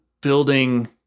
building